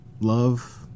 love